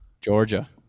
Georgia